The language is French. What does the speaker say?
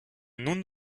non